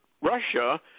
Russia